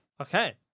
Okay